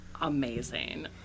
amazing